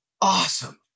awesome